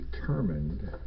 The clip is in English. determined